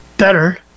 better